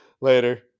later